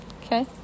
Okay